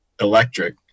electric